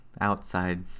outside